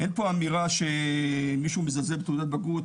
אין פה אמירה שמישהו מזלזל בתעודת בגרות,